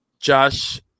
Josh